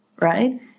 Right